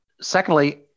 Secondly